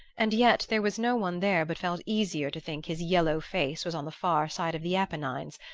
and yet there was no one there but felt easier to think his yellow face was on the far side of the apennines,